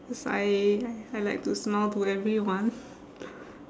cause I I like to smile to everyone